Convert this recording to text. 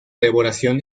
elaboración